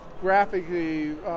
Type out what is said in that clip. graphically